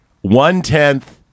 One-tenth